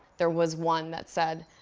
there was one that said,